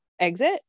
exit